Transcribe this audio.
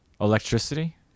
Electricity